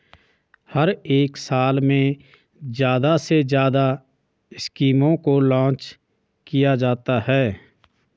हर एक साल में ज्यादा से ज्यादा स्कीमों को लान्च किया जाता है